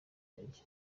intege